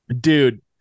Dude